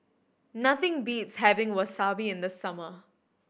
nothing beats having Wasabi in the summer